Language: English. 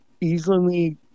easily